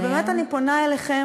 ובאמת אני פונה אליכם,